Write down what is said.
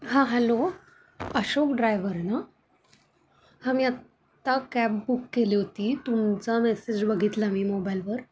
हां hello Ashok driver ना हां मी आत्ता कॅब बुक केली होती तुमचा मेसेज बघितला मी मोबाईलवर